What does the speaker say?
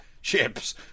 ships